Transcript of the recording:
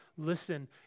Listen